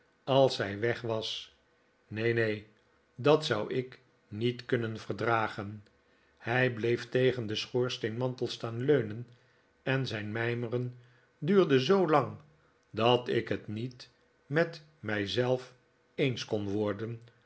als zij weg was neen neen dat zou ik niet kunnen ver dragen hij bleef tegen den schoorsteenmantel staan leunen en zijn mijmeren duurde zoo lang dat ik het niet met mij zelf eens kon worden